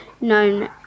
known